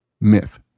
Myth